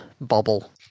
bubble